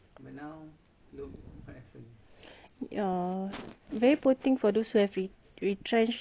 ya very poor thing for those who have been retrenched lah I think I would rather have a pay cut